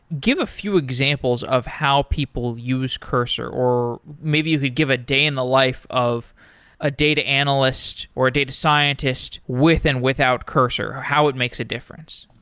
give a few examples of how people use cursor, or maybe you could give a day in the life of a data analyst or a data scientist with and without cursor, or how it makes a difference.